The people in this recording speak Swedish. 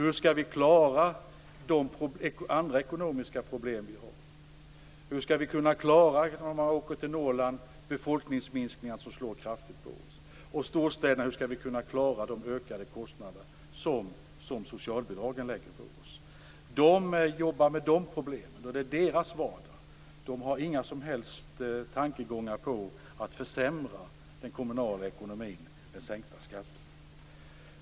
Hur skall vi klara de andra ekonomiska problem som vi har? Hur skall man i Norrland kunna klara befolkningsminskningen som slår så hårt? Hur skall man i storstäderna kunna klara de ökade kostnader som socialbidragen medför? De brottas med sådana problem. Det är deras vardag. De har inga som helst tankar på att försämra den kommunala ekonomin med sänkta skatter.